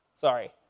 Sorry